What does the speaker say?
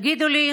תגידו לי,